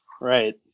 right